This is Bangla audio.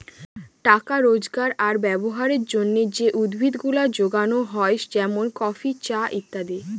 টাকা রোজগার আর ব্যবহারের জন্যে যে উদ্ভিদ গুলা যোগানো হয় যেমন কফি, চা ইত্যাদি